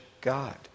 God